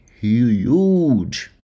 huge